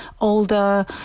older